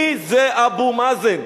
מי זה אבו מאזן?